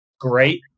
great